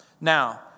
Now